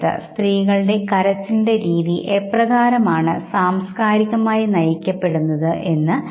വൈകാരിക ഭാവങ്ങളുടെ ആവിഷ്കാരത്തിൽ ഇതിൽ മുഖത്തിൻറെ പ്രാധാന്യം മനസ്സിലായിക്കാണുമല്ലോ